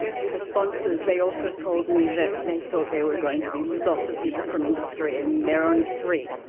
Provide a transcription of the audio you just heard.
with the sponsors, they also told me that they thought there were going to be lots of people from industry, and there are only three.